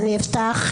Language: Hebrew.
אני אפתח,